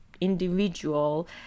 individual